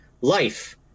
life